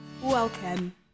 Welcome